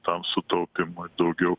tam sutaupymui daugiau